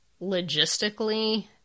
logistically